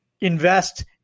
invest